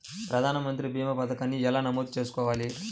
ప్రధాన మంత్రి భీమా పతకాన్ని ఎలా నమోదు చేసుకోవాలి?